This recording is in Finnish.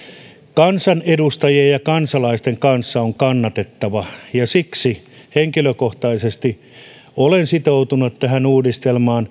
kansanedustajien ja kansalaisten välillä on kannatettava ja siksi henkilökohtaisesti olen sitoutunut tähän uudistukseen